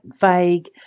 vague